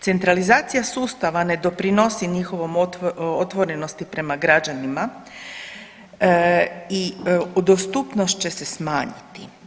Centralizacija sustava ne doprinosi njihovoj otvorenosti prema građanima i dostupnost će se smanjiti.